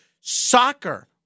soccer